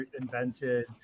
invented